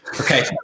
okay